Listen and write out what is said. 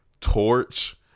torch